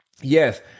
Yes